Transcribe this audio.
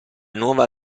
nuova